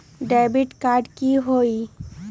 Debit card की होई?